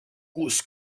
kus